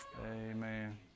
Amen